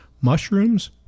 mushrooms